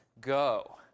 go